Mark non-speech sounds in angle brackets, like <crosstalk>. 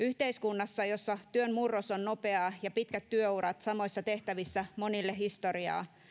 <unintelligible> yhteiskunnassa jossa työn murros on nopeaa ja pitkät työurat samoissa tehtävissä monille historiaa